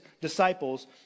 disciples